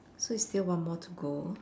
so it's still one more to go